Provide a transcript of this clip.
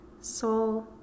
soul